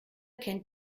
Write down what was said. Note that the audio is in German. kennt